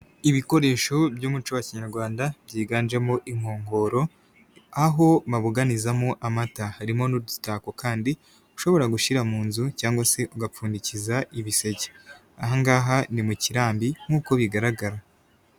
Ibikoresho by'umuco wa kinyarwanda byiganjemo inkongoro, aho babuganizamo amata, harimo n'udutako kandi ushobora gushyira mu nzu cyangwa se ugapfundikiza ibiseke, aha ngaha ni mu kirambi nk'uko bigaragara.